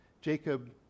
Jacob